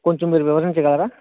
కొంచెం మీరు వివరించగలరా